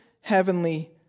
Heavenly